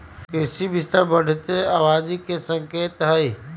कृषि विस्तार बढ़ते आबादी के संकेत हई